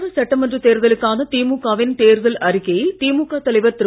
தமிழக சட்டமன்ற தேர்தலுக்கான திமுக வின் தேர்தல் அறிக்கையை திமுக தலைவர் திரு